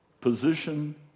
position